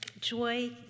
Joy